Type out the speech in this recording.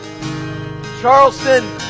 Charleston